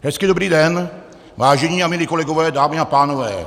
Hezký dobrý den, vážení a milí kolegové, dámy a pánové.